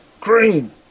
green